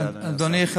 בבקשה, אדוני השר.